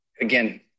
again